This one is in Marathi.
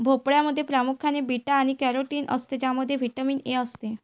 भोपळ्यामध्ये प्रामुख्याने बीटा आणि कॅरोटीन असते ज्यामध्ये व्हिटॅमिन ए असते